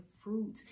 fruit